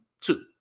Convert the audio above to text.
two